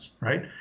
right